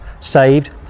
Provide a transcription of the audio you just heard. saved